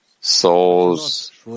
souls